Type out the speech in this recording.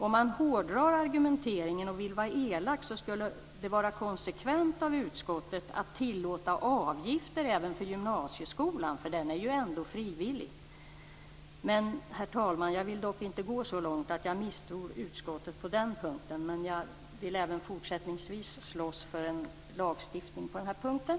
Om man hårdrar argumenteringen och vill vara elak skulle det vara konsekvent av utskottet att tillåta avgifter även för gymnasieskolan, för den är ju ändå frivillig. Men, herr talman, jag vill inte gå så långt att jag misstror utskottet på den punkten. Däremot vill jag även fortsättningsvis slåss för en lagstiftning på den här punkten.